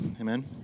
Amen